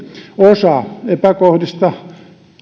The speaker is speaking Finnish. osa epäkohdista